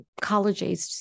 college-age